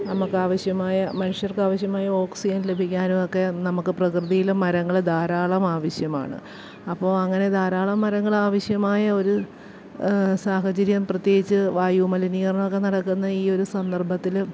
നമ്മള്ക്കാവശ്യമായ മനുഷ്യർക്കാവശ്യമായ ഓക്സിജൻ ലഭിക്കാനുമൊക്കെ നമുക്ക് പ്രകൃതിയിലും മരങ്ങള് ധാരാളം ആവശ്യമാണ് അപ്പോള് അങ്ങനെ ധാരാളം മരങ്ങള് ആവശ്യമായ ഒരു സാഹചര്യം പ്രത്യേകിച്ച് വായുമലിനീകരണമൊക്ക നടക്കുന്ന ഈയൊരു സന്ദർഭത്തില്